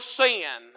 sin